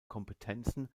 kompetenzen